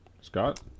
Scott